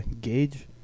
gauge